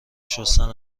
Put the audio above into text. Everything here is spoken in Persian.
شستن